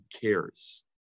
cares